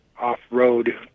off-road